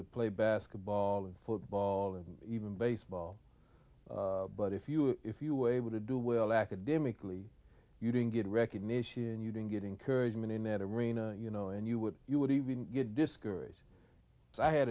to play basketball and football and even baseball but if you if you were able to do well academically you didn't get recognition and you didn't get encourage men in that arena you know and you would you would even get discouraged so i had